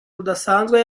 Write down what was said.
rudasanzwe